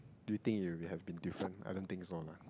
do you think it will be had been different I don't think so lah